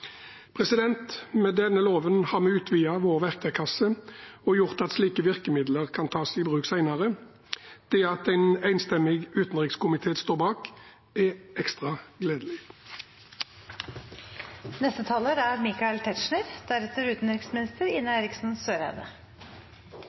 Med denne loven har vi utvidet vår verktøykasse og gjort at slike virkemidler kan tas i bruk senere. Det at en enstemmig utenrikskomité står bak, er ekstra